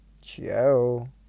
Ciao